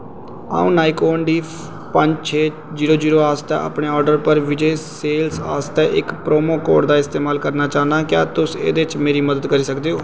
अ'ऊं Nikon D पंज छे जीरो जीरो आस्तै अपने आर्डर पर विजय सेल्स आस्तै इक प्रोमो कोड दा इस्तेमाल करना चाह्न्नां क्या तुस एह्दे च मेरी मदद करी सकदे ओ